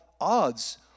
odds